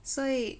所以